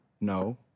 no